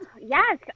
yes